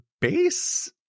base